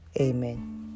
amen